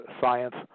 science